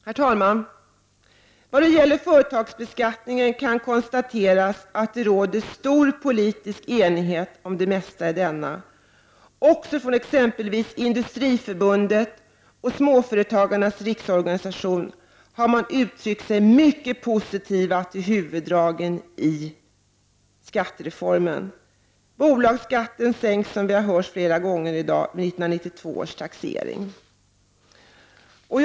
Herr talman! Såvitt gäller företagsbeskattningen kan det konstateras att det råder stor politisk enighet om det mesta i denna. Också från exempelvis Industriförbundet och Småföretagens riksorganisation har man uttryckt sig mycket positivt om huvuddragen i skattereformen. Bolagsskatten sänks, vilket vi har hört flera gånger, i och med 1992 års taxering. Herr talman!